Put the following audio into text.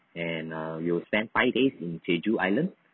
and err you will spend five days in jeju island